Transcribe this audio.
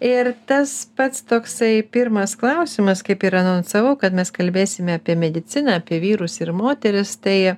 ir tas pats toksai pirmas klausimas kaip yra nu sakau kad mes kalbėsime apie mediciną apie vyrus ir moteris tai